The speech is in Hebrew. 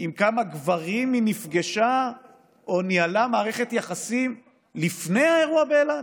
עם כמה גברים היא נפגשה או ניהלה מערכת יחסים לפני האירוע באילת?